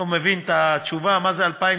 אני לא מבין את התשובה, מה זה 2012?